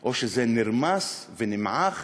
או שזה נרמס ונמעך